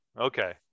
Okay